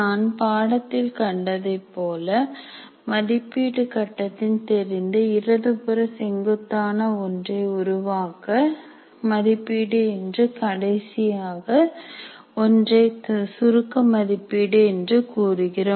நான் படத்தில் கண்டதைப் போல் மதிப்பீடு கட்டத்தில் தெரிந்த இடதுபுற செங்குத்தான ஒன்றை உருவாக்க மதிப்பீடு என்றும் கடைசியாக ஒன்றை சுருக்க மதிப்பீடு என்றும் கூறுகிறோம்